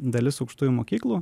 dalis aukštųjų mokyklų